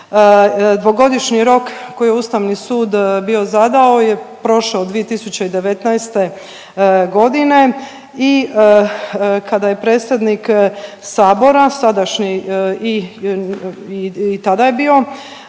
Dvogodišnji rok koji je Ustavni sud bio zadao je prošao 2019. godine i kada je predsjednik sabora, sadašnji i tada je bio